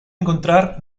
encontrar